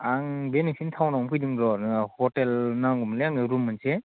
आं बे नोंसिनि टाउनावनो फैदों र' ह'टेल नांगौमोनलै आंनो रुम मोनसे